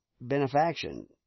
benefaction